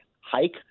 hike